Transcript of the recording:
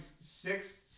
six